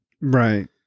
right